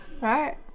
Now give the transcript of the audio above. Right